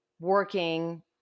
working